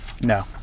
no